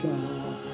God